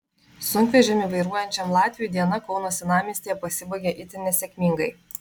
sunkvežimį vairuojančiam latviui diena kauno senamiestyje pasibaigė itin nesėkmingai